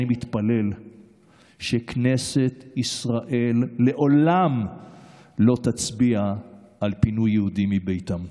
אני מתפלל שכנסת ישראל לעולם לא תצביע על פינוי יהודים מביתם.